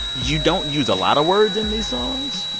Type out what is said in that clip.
you don't use a lot of words in these songs.